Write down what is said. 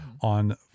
on